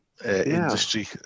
industry